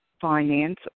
finance